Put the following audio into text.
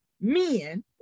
men